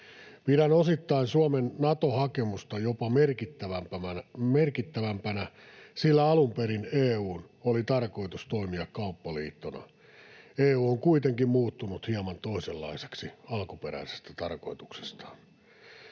Pidän Suomen Nato-hakemusta osittain jopa merkittävämpänä, sillä alun perin EU:n oli tarkoitus toimia kauppaliittona. EU on kuitenkin muuttunut hieman toisenlaiseksi alkuperäisestä tarkoituksestaan.